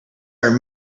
are